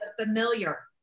familiar